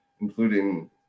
including